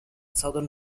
southern